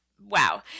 Wow